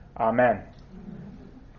Amen